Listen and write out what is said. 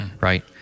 Right